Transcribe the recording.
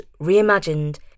Reimagined